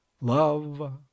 love